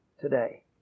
today